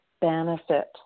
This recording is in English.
benefit